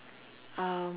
um